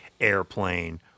airplane